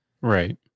Right